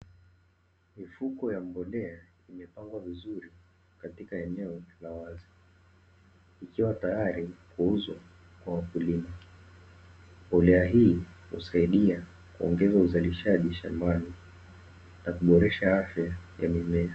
Mifuko ya mbolea imepangwa vizuri katika eneo la wazi ikiwa tayari kuuzwa kwa wakulima, mbolea hii husaidia kuongeza uzalishaji shambani na kuboresha afya ya mimea.